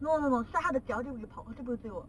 no no no 是它的脚它就不可以跑它就不可以追我